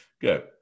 Good